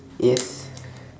yes